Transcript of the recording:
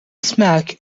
smack